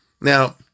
Now